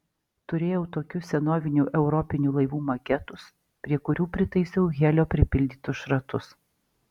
turėjau tokius senovinių europinių laivų maketus prie kurių pritaisiau helio pripildytus šratus